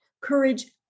courage